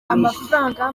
amafaranga